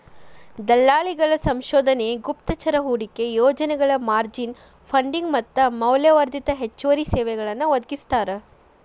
ದಲ್ಲಾಳಿಗಳ ಸಂಶೋಧನೆ ಗುಪ್ತಚರ ಹೂಡಿಕೆ ಯೋಜನೆಗಳ ಮಾರ್ಜಿನ್ ಫಂಡಿಂಗ್ ಮತ್ತ ಮೌಲ್ಯವರ್ಧಿತ ಹೆಚ್ಚುವರಿ ಸೇವೆಗಳನ್ನೂ ಒದಗಿಸ್ತಾರ